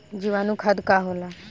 जीवाणु खाद का होला?